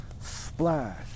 splash